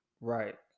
Right